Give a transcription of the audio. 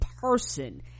person